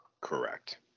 Correct